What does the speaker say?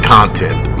Content